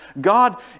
God